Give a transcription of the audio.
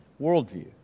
worldview